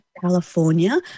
California